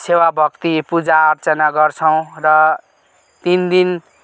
सेवा भक्ति पूजा अर्चना गर्छौँ र तिन दिन